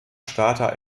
starter